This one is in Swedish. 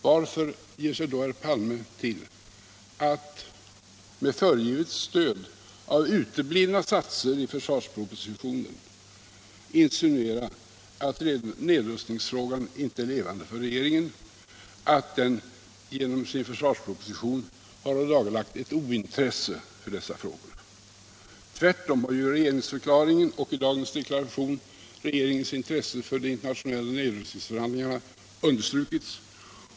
Varför insinuerar då herr Palme, med föregivet stöd av uteblivna satser i försvarspropositionen, att nedrustningsfrågan inte är levande för regeringen, att regeringen genom sin försvarsproposition har ådagalagt ett ointresse för dessa frågor? Tvärtom har i regeringsförklaringen och i dagens deklaration regeringens intresse för de internationella nedrustningsförhandlingarna understrukits.